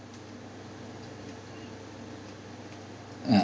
uh